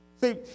See